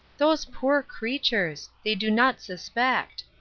those poor creatures! they do not suspect.